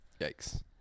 yikes